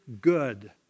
good